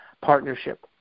partnership